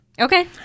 Okay